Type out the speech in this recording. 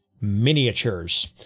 Miniatures